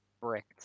bricked